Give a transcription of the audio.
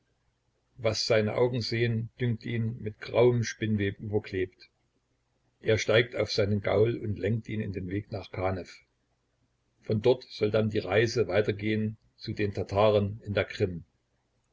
was seine augen sehen dünkt ihn mit grauem spinnweb überklebt er steigt auf seinen gaul und lenkt ihn in den weg nach kanew von dort soll dann die reise weitergehn zu den tataren in der krim